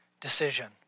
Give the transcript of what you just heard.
decision